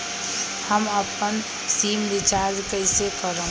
हम अपन SIM recharge कइसे करम?